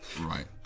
right